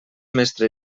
mestre